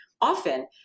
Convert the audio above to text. often